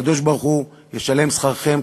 הקדוש-ברוך-הוא ישלם שכרכם.